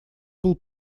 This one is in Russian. был